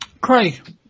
Craig